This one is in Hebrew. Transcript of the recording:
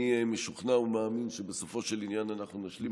אני משוכנע ומאמין שבסופו של עניין אנחנו נשלים,